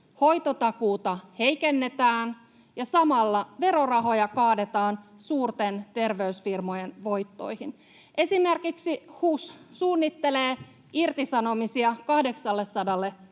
hoitotakuuta heikennetään ja samalla verorahoja kaadetaan suurten terveysfirmojen voittoihin. Esimerkiksi HUS suunnittelee irtisanomisia 800